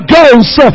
Ghost